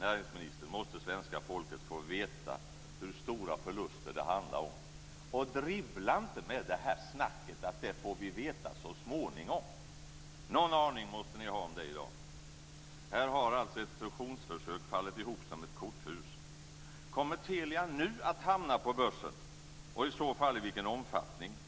näringsministern, måste svenska folket få veta hur stora förluster det handlar om. Och dribbla inte med snacket om att det får vi veta så småningom! Någon aning måste ni ha om det i dag. Här har alltså ett fusionsförsök fallit ihop som ett korthus. Kommer Telia nu att hamna på börsen, och i så fall i vilken omfattning?